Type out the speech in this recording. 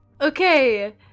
Okay